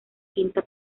quinta